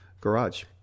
garage